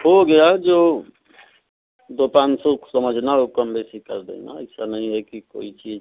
हो गया जो दो पाँच सौ समझना वह कमो बेशी कर देना ऐसा नहीं है कि कोई चीज़